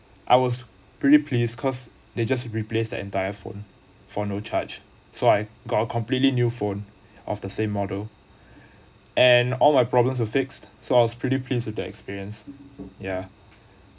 I was pretty pleased cause they just replace the entire phone for no charge so I got a completely new phone of the same model and all my problems are fixed so I was pretty pleased with the experience yeah